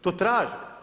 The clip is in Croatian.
To traže.